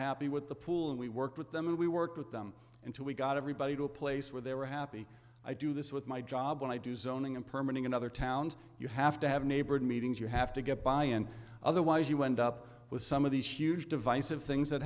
happy with the pool and we worked with them and we worked with them until we got everybody to a place where they were happy i do this with my job when i do so owning and permanent in other towns you have to have neighborhood meetings you have to get by and otherwise you end up with some of these huge divisive things that